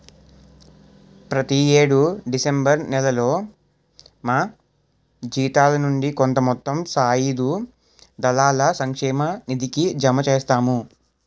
ప్రతి యేడు డిసెంబర్ నేలలో మా జీతాల నుండి కొంత మొత్తం సాయుధ దళాల సంక్షేమ నిధికి జమ చేస్తాము